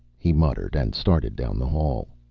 he muttered, and started down the hall.